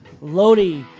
Lodi